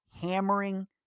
hammering